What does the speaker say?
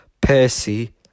percy